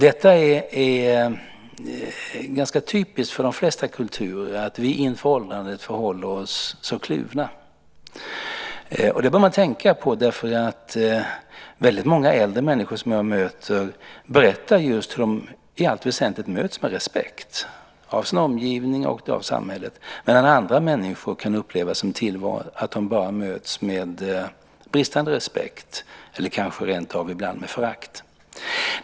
Det är ganska typsikt för de flesta kulturer att vi inför åldrandet förhåller oss kluvna. Det bör man tänka på. Väldigt många äldre människor som jag möter berättar hur de i allt väsentligt möts med respekt av sin omgivning och av samhället, medan andra äldre människor kan uppleva att de bara möts av bristande respekt eller kanske rentav ibland av förakt.